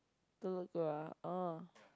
don't look good ah uh